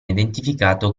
identificato